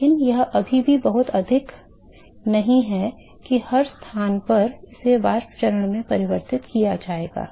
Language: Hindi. लेकिन यह अभी भी बहुत अधिक नहीं है कि हर स्थान पर इसे वाष्प चरण में परिवर्तित किया जाएगा